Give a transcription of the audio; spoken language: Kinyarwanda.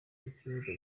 ibyondo